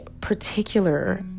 particular